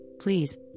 please